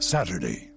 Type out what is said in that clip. Saturday